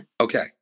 Okay